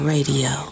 Radio